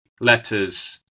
letters